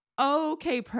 Okay